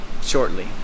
shortly